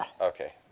Okay